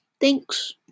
Thanks